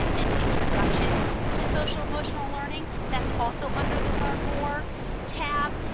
an introduction to social-emotional learning. that's also under the learn more tab.